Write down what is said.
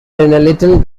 little